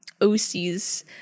OCs